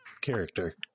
character